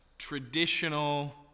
traditional